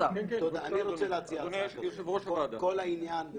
כל העניין זה